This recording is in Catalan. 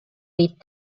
dit